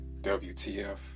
WTF